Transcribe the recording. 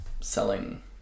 selling